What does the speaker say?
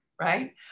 right